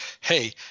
hey